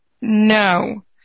No